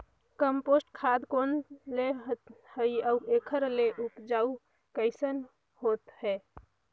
Compost खाद कौन ल कहिथे अउ एखर से उपजाऊ कैसन होत हे?